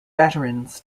veterans